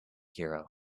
hero